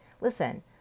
listen